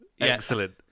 Excellent